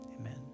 amen